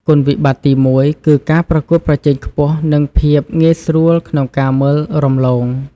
គុណវិបត្តិទីមួយគឺ ការប្រកួតប្រជែងខ្ពស់និងភាពងាយស្រួលក្នុងការមើលរំលង។